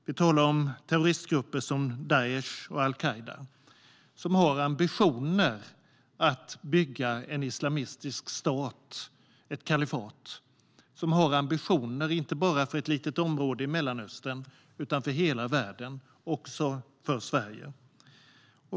Jag talar om terroristgrupper som Daish och al-Qaida som har ambitionen att bygga en islamistisk stat, ett kalifat, som har ambitionen inte bara för ett litet område i Mellanöstern utan för hela världen, också för Sverige.